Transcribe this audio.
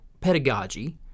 pedagogy